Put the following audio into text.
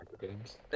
games